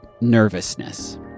nervousness